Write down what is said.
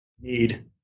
need